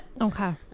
Okay